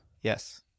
Yes